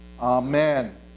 Amen